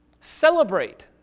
Celebrate